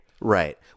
Right